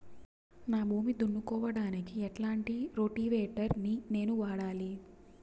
నా భూమి దున్నుకోవడానికి ఎట్లాంటి రోటివేటర్ ని నేను వాడాలి?